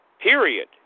Period